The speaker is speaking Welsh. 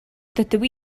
dydw